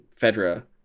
Fedra